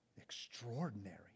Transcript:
extraordinary